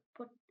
put